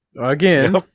Again